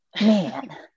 man